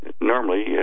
normally